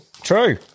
True